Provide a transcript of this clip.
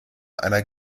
einer